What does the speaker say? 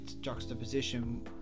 juxtaposition